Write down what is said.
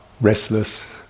restless